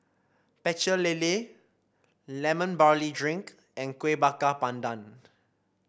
Pecel Lele Lemon Barley Drink and Kueh Bakar Pandan